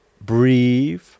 breathe